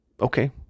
Okay